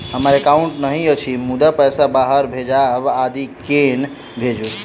हमरा एकाउन्ट नहि अछि मुदा पैसा बाहर भेजबाक आदि केना भेजू?